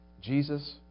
Jesus